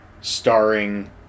starring